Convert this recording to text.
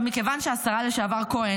מכיוון שהשרה לשעבר כהן,